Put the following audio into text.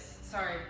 Sorry